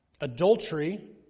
Adultery